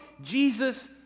Jesus